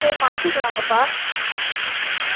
சரி மாற்றிட்டு வாங்கப்பா